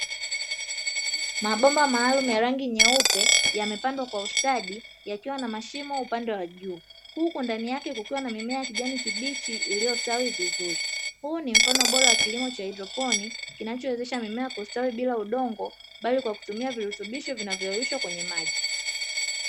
Mabomba maalumu ya rangi nyeupe yamepangwa kwa ustadi yakiwa na machimo upande awa juu, huku ndani yake kukiwa na mimea ya kijani kibichi iliyostawi vizuri. Huu ni mfano bora wa kilimo cha haidroponi kinachowezesha mimea kustawia bila udongo bali kwa kutumia virutubisho vinavyoyeyushwa kwenye maji.